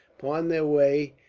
upon their way,